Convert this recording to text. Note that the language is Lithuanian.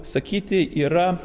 sakyti yra